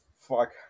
fuck